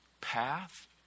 path